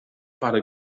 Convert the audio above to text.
parę